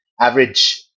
average